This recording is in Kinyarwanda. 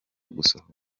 gusohora